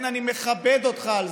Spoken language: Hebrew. אני שב ואומר,